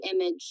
image